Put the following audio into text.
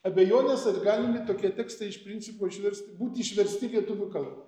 abejones ar galimi tokie tekstai iš principo išversti būti išversti į lietuvių kalba